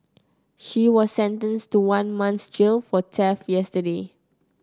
she was sentenced to one month's jail for theft yesterday